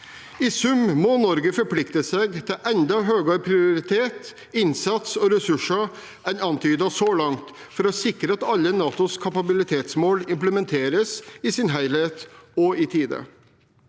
I sum må Norge forplikte seg til enda høyere prioritet, innsats og ressurser enn antydet så langt for å sikre at alle NATOs kapabilitetsmål implementeres i sin helhet og i tide.